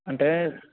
అంటే